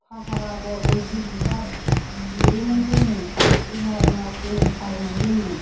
फाहार आगर बैग्रि बिबार एरोमोन जोङो रोङा रोङा सोलोंथारोमोन जोङो